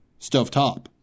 Stovetop